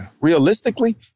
Realistically